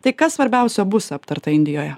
tai kas svarbiausio bus aptarta indijoje